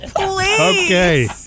Okay